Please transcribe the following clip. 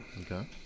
Okay